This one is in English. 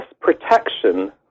protection